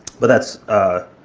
but that's, ah,